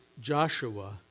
Joshua